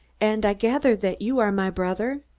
and i gather that you are my brother.